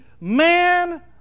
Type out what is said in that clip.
man